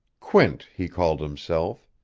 quint, he called himself.